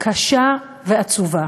קשה ועצובה.